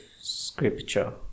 scripture